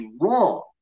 wrong